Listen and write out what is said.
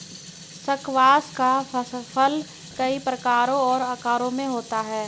squash का फल कई प्रकारों और आकारों में होता है